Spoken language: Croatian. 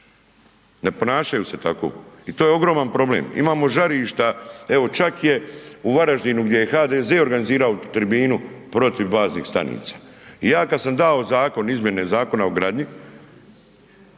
Ne ponašaju se tako i to je ogroman problem. Imamo žarišta evo čak je u Varaždinu gdje je HDZ održao tribinu protiv baznih stanica. I ja kada sam dao zakon izmjene Zakona o gradnji